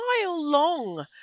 mile-long